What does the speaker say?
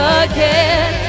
again